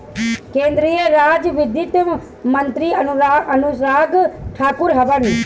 केंद्रीय राज वित्त मंत्री अनुराग ठाकुर हवन